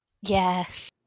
Yes